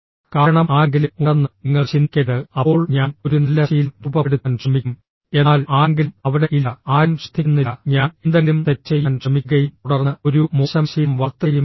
കാരണം ആരെങ്കിലും ഉണ്ടെന്ന് നിങ്ങൾ ചിന്തിക്കരുത് അപ്പോൾ ഞാൻ ഒരു നല്ല ശീലം രൂപപ്പെടുത്താൻ ശ്രമിക്കും എന്നാൽ ആരെങ്കിലും അവിടെ ഇല്ല ആരും ശ്രദ്ധിക്കുന്നില്ല ഞാൻ എന്തെങ്കിലും തെറ്റ് ചെയ്യാൻ ശ്രമിക്കുകയും തുടർന്ന് ഒരു മോശം ശീലം വളർത്തുകയും ചെയ്യും